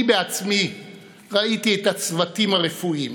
אני בעצמי ראיתי את הצוותים הרפואיים,